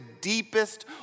deepest